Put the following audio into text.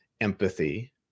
empathy